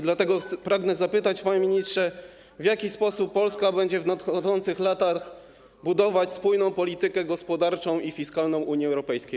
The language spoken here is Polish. Dlatego pragnę zapytać, panie ministrze, w jaki sposób Polska będzie w nadchodzących latach budować spójną politykę gospodarczą i fiskalną Unii Europejskiej.